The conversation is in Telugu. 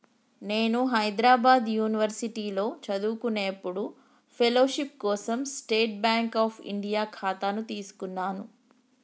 నేను హైద్రాబాద్ యునివర్సిటీలో చదువుకునేప్పుడు ఫెలోషిప్ కోసం స్టేట్ బాంక్ అఫ్ ఇండియా ఖాతాను తీసుకున్నాను